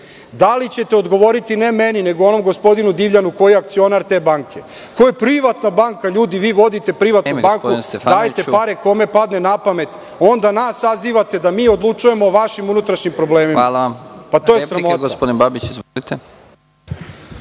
Da li ćete odgovoriti, ne meni, nego onom gospodinu Divljanu, koji je akcionar te banke? To je privatna banka. Ljudi, vi vodite privatnu banku, dajte pare kome vam padne na pamet, a onda nas sazivate da mi odlučujemo o vašim unutrašnjim problemima. To je sramota.